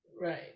Right